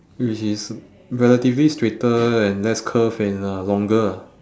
which is relatively straighter and less curved and uh longer lah